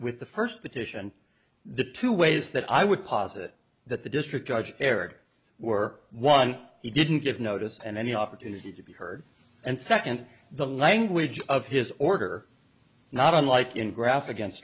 with the first petition the two ways that i would posit that the district judge erred were one he didn't give notice and any opportunity to be heard and second the language of his order not unlike in graf against